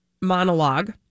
monologue